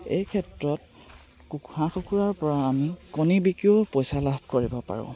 এই ক্ষেত্ৰত হাঁহ কুকুৰাৰ পৰা আমি কণী বিকিও পইচা লাভ কৰিব পাৰোঁ